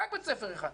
רק בית ספר אחד.